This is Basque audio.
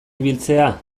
ibiltzea